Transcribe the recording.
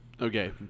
Okay